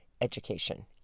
education